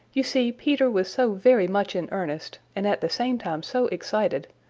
you see, peter was so very much in earnest, and at the same time so excited,